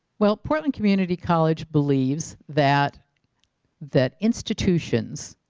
well portland community college believes that that institutions